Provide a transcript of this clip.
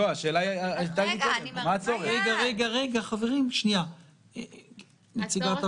חוץ מהעניין של